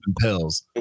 pills